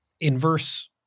inverse